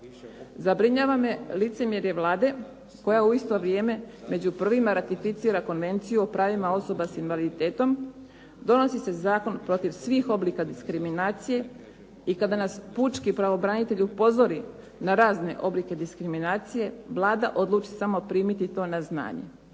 Zabrinjava me licemjerje Vlade koja u isto vrijeme među prvima ratificira Konvenciju o pravima osoba s invaliditetom, donosi se zakon protiv svih oblika diskriminacije i kada nas pučki pravobranitelj upozori na razne oblike diskriminacije, Vlada odluči samo primiti to na znanje.